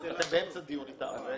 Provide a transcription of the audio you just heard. אתם באמצע דיון אתם.